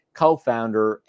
co-founder